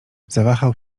zawahał